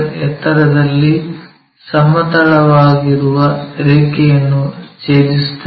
ಎತ್ತರದಲ್ಲಿ ಸಮತಲವಾಗಿರುವ ರೇಖೆಯನ್ನು ಛೇದಿಸುತ್ತದೆ